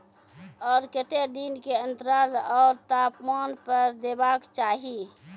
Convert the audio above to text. आर केते दिन के अन्तराल आर तापमान पर देबाक चाही?